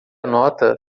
nota